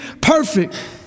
perfect